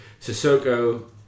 Sissoko